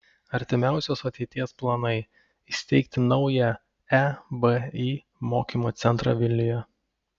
artimiausios ateities planai įsteigti naują ebi mokymo centrą vilniuje